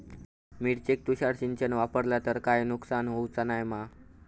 मिरचेक तुषार सिंचन वापरला तर काय नुकसान होऊचा नाय मा?